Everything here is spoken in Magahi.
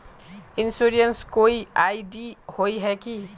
इंश्योरेंस कोई आई.डी होय है की?